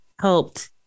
helped